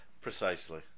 precisely